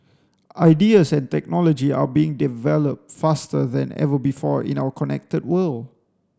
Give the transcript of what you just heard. ideas and technology are being developed faster than ever before in our connected world